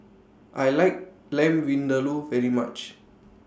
I like Lamb Vindaloo very much